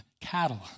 cattle